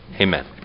Amen